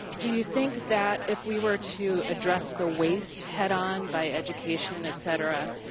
do you think that if we were to address the waste head on by education, et cetera,